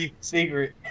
Secret